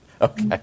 Okay